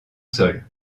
sol